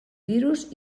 virus